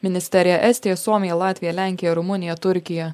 ministerija estija suomija latvija lenkija rumunija turkija